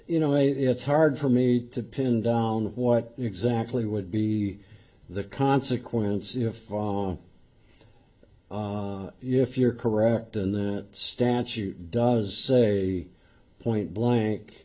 you know it's hard for me to pin down what exactly would be the consequences if if you're correct and the statute does say point blank